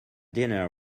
dinner